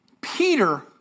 Peter